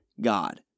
God